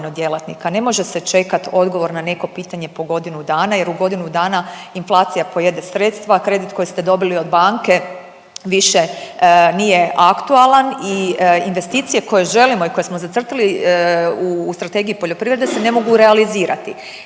ne može se čekat odgovor na neko pitanje po godinu dana jer u godinu dana inflacija pojede sredstva, a kredit koji ste dobili od banke više nije aktualan i investicije koje želimo i koje smo zacrtali u Strategiji poljoprivrede se ne mogu realizirati.